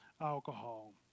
alcohol